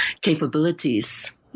capabilities